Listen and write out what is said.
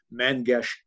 Mangesh